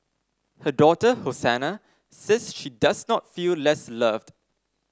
her daughter Hosanna says she does not feel less loved